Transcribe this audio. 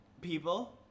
people